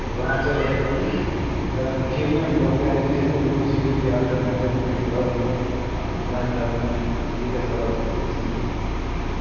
ग्रां च कदे दिखी गै नीं कि कोई जिम बी चीज होंदी कोई अल्टरनेटिव होंदा अस ग्राईं आदमी ऐ ठीक ऐ सारा सिसटम